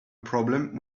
problem